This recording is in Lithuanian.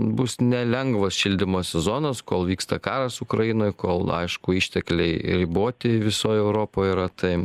bus nelengvas šildymo sezonas kol vyksta karas ukrainoj kol aišku ištekliai riboti visoj europoj yra tai